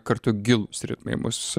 kartu gilūs ritmai bus